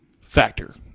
factor